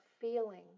feeling